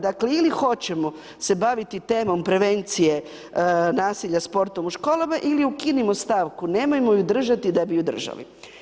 Dakle, ili hoćemo se baviti temom prevencije nasilja sportom u školama ili ukinimo stavku, nemojmo ju držati da bi ju držali.